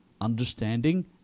understanding